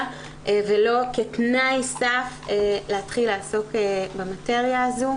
ולא כתנאי סף להתחיל לעסוק במטריה הזו.